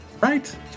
right